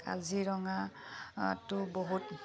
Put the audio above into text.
কাজিৰঙাটো বহুত